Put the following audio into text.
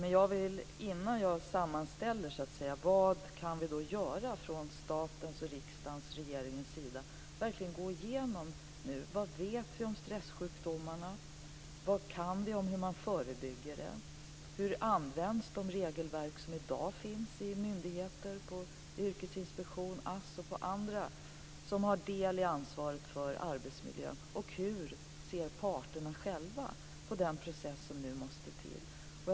Innan jag sammanställer vad staten, riksdagen och regeringen kan göra vill jag nu verkligen gå igenom vad vi vet. Vad vet vi om stressjukdomarna? Vad kan vi om hur man förebygger dem? Hur används de regelverk som i dag finns på myndigheterna - Yrkesinspektionen, ASS och andra som har del i ansvaret för arbetsmiljön? Hur ser parterna själva på den process som nu måste till?